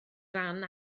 ran